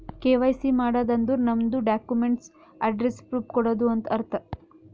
KYC ಮಾಡದ್ ಅಂದುರ್ ನಮ್ದು ಡಾಕ್ಯುಮೆಂಟ್ಸ್ ಅಡ್ರೆಸ್ಸ್ ಪ್ರೂಫ್ ಕೊಡದು ಅಂತ್ ಅರ್ಥ